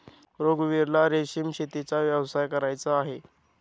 रघुवीरला रेशीम शेतीचा व्यवसाय करायचा आहे